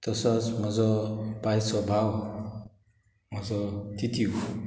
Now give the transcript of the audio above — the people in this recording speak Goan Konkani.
तसोच म्हजो पायचो भाव म्हजो तितीव